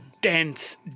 dense